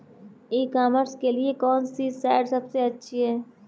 ई commerce के लिए कौनसी साइट सबसे अच्छी है?